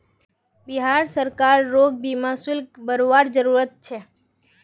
बिहार सरकार रोग सीमा शुल्क बरवार जरूरत छे